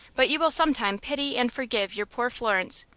but you will some time pity and forgive your poor florence,